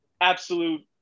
absolute